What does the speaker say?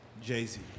Jay-Z